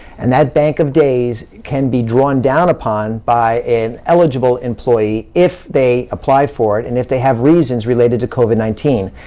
and that bank of days can be drawn down upon by an eligible employee if they apply for it, and if they have reasons related to covid nineteen,